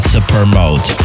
Supermode